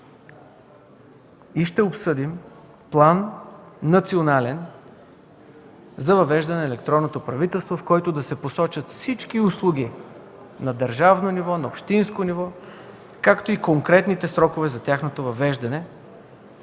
и ще обсъдим Национален план за въвеждане на електронното правителство, в който да се посочат всички услуги – на държавно и общинско ниво, както и конкретните срокове за тяхното въвеждане.